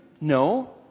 No